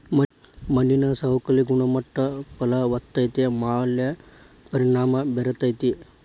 ಮಣ್ಣಿನ ಸವಕಳಿ ಗುಣಮಟ್ಟ ಫಲವತ್ತತೆ ಮ್ಯಾಲ ಪರಿಣಾಮಾ ಬೇರತತಿ